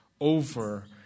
over